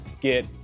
get